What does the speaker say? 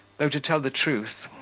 though, to tell the truth,